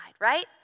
right